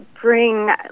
bring